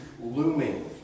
looming